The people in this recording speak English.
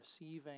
receiving